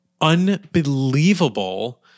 unbelievable